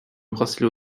bracelet